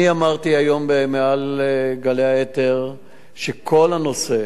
אני אמרתי היום מעל גלי האתר שכל הנושא